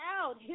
out